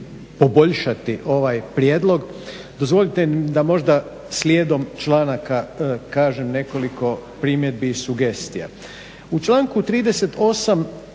poboljšati ovaj prijedlog, dozvolite da možda slijedom članaka kažem nekoliko primjedbi i sugestija.